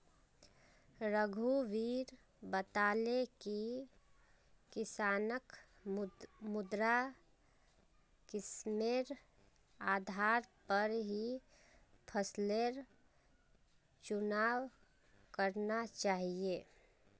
रघुवीर बताले कि किसानक मृदा किस्मेर आधार पर ही फसलेर चुनाव करना चाहिए